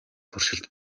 туршилт